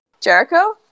jericho